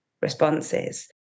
responses